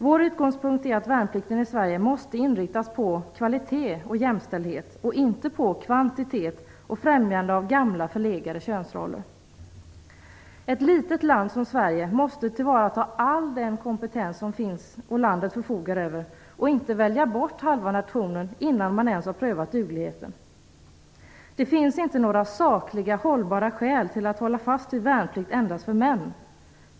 Vår utgångspunkt är att värnplikten i Sverige måste inriktas på kvalitet och jämställdhet, inte på kvantitet och främjande av gamla förlegade könsroller. Ett litet land som Sverige måste tillvarata all den kompetens som landet förfogar över och inte välja bort halva nationen innan man ens har prövat dugligheten. Det finns inte några sakliga hållbara skäl till att hålla fast vid värnplikt endast för män.